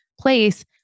place